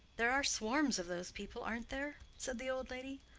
there are swarms of those people, aren't there? said the old lady.